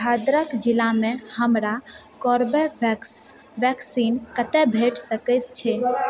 भद्रक जिलामे हमरा कोरबेवेक्स वैक्सीन कतय भेटि सकैत अछि